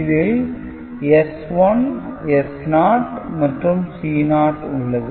இதில் S1 S0 மற்றும் C0 உள்ளது